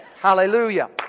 Hallelujah